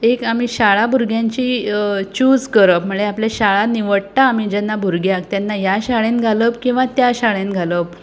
एक आमी शाळा भुरग्यांची चूज करप म्हळ्यार आपल्या शाळा निवडटा आमी जेन्ना भुरग्याक तेन्ना ह्या शाळेन घालप किंवां त्या शाळेंत घालप